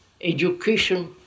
education